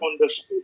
understood